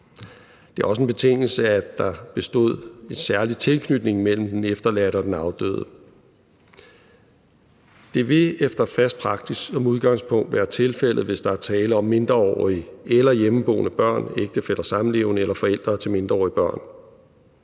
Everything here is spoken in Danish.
Det er også en betingelse, at der bestod en særlig tilknytning imellem den efterladte og den afdøde. Det vil efter fast praksis som udgangspunkt være tilfældet, hvis der er tale om mindreårige eller hjemmeboende børn, ægtefæller eller samlevende eller forældre til mindreårige børn.